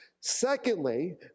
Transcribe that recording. Secondly